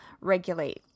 regulate